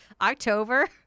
October